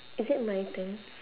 is it my turn